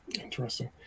Interesting